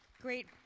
great